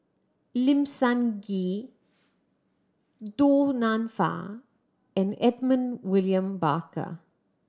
Lim Sun Gee Du Nanfa and Edmund William Barker